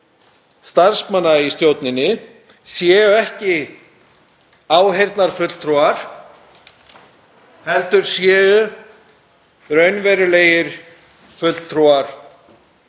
starfsmanna í stjórninni séu ekki áheyrnarfulltrúar heldur séu raunverulegir fulltrúar